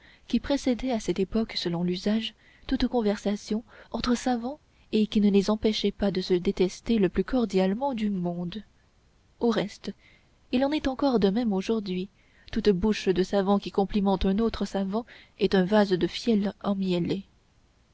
qui précédaient à cette époque selon l'usage toute conversation entre savants et qui ne les empêchaient pas de se détester le plus cordialement du monde au reste il en est encore de même aujourd'hui toute bouche de savant qui complimente un autre savant est un vase de fiel